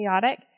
chaotic